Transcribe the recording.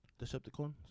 Decepticons